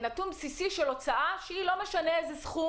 נתון בסיסי של הוצאה שלא תלוי בסכום